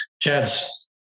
Chad's